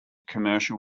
commercial